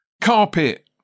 carpet